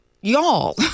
y'all